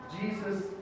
Jesus